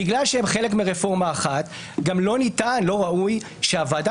בגלל שהם חלק מרפורמה אחת גם לא ראוי שהוועדה